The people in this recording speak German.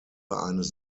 eines